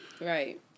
Right